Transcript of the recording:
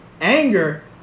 Anger